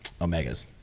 omegas